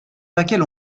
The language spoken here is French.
laquelle